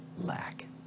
lack